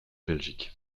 belgique